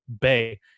bay